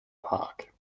park